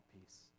peace